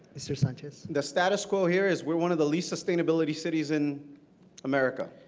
mr. sanchez. the status quo here is we are one of the least sustainability cities in america.